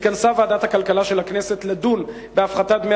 דנה ועדת הכלכלה של הכנסת בהפחתת דמי